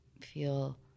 feel –